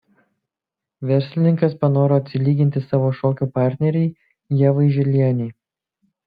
verslininkas panoro atsilyginti savo šokių partnerei ievai žilienei